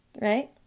Right